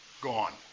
Gone